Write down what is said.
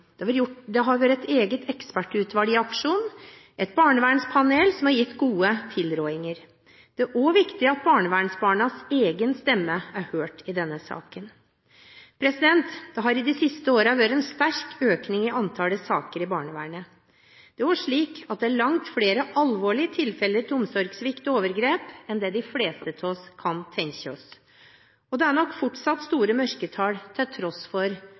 barnevern. Det er gjort en god og grundig jobb i forkant av denne lovendringen. Det har vært et eget ekspertutvalg i aksjon og et barnevernspanel som har gitt gode tilrådinger. Det er også viktig at barnevernsbarnas egen stemme er hørt i denne saken. Det har i de siste årene vært en sterk økning i antallet saker i barnevernet. Det er også slik at det er langt flere alvorlige tilfeller av omsorgssvikt og overgrep enn det de fleste av oss kan tenke oss, og det er nok fortsatt store mørketall til